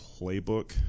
Playbook